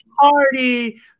party